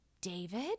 David